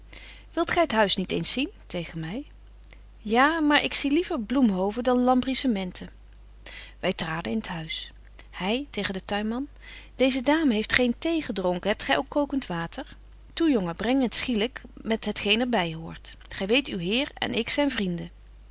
wilt gy het huis niet eens zien tegen my ja maar ik zie liever bloemhoven dan lambrissementen wy traden in t huis hy tegen den tuinman deeze dame heeft geen thee gedronken hebt gy ook kokent water toe jongen breng het schielyk met het geen er by hoort gy weet uw heer en ik zyn vrienden